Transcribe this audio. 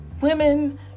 women